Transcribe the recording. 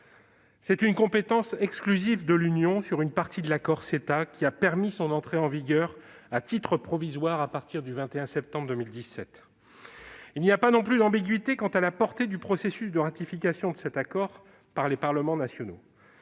C'est cette compétence exclusive de l'Union sur une partie du CETA qui a permis son entrée en vigueur à titre provisoire, à partir du 21 septembre 2017. Il n'y a pas d'ambiguïté quant à la portée du processus de ratification de cet accord par les parlements nationaux.